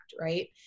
Right